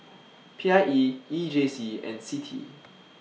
P I E E J C and CITI